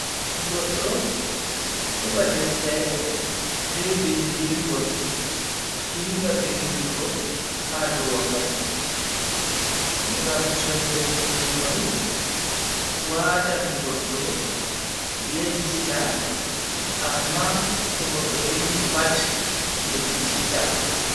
Goddo heba deftere be bindirgol, dinga vindugo ha dow wakkati. ngam soinde vindugo mai watan goddo yejjita amma ko goddo vindi pat yejjititta.